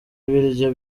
ibiryo